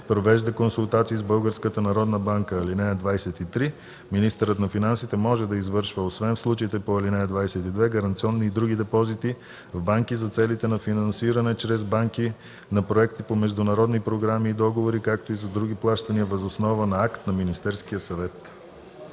провежда консултации с Българската народна банка. (23) Министърът на финансите може да извършва, освен в случаите по ал. 22, гаранционни и други депозити в банки за целите на финансиране чрез банки на проекти по международни програми и договори, както и за други плащания въз основа на акт на Министерския съвет.”